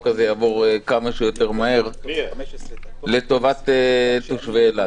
הזה יעבור כמה שיותר מהר לטובת תושבי אילת.